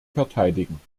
verteidigen